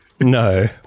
no